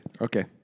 Okay